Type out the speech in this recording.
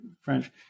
French